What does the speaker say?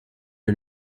her